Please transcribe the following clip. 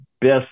best